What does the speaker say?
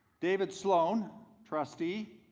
david sloan trustee,